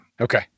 Okay